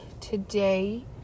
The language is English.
today